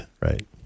right